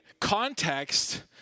Context